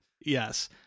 yes